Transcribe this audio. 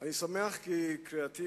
אני שמח כי קריאתי,